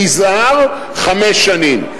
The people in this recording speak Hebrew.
למזער חמש שנים,